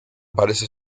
parece